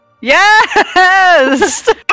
Yes